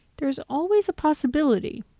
there's always a possibility.